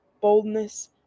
boldness